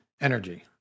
energy